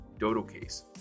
DodoCase